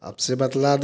आप से बतला दे